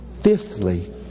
fifthly